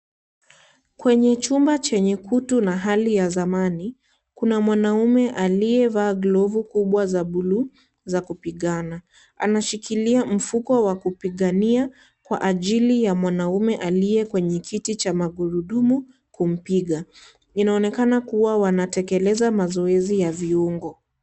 Kwenye chumba chenye kutu na hali ya zamani ,kuna mwanaume aliyevaa glovu kubwa za buluu za kupigana. Anashikilia mfuko wa kupigania kwa ajili ya mwanaume aliye kenye kiti cha magurudumu kumpiga . Inaonekana kuwa wanatekeleza mazoezi ya viungo.